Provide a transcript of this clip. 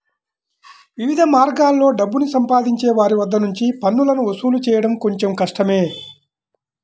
వివిధ మార్గాల్లో డబ్బుని సంపాదించే వారి వద్ద నుంచి పన్నులను వసూలు చేయడం కొంచెం కష్టమే